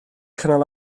cynnal